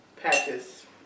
patches